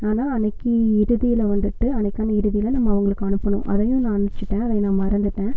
ஆனால் அன்னைக்கு இறுதியில் வந்துட்டு அன்னைக்கான இறுதியில நம்ம அவங்களுக்கு அனுப்பனும் அதையும் நான் அனுப்பிச்சிட்டேன் அதை நான் மறந்துவிட்டேன்